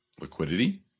liquidity